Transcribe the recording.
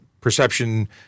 perception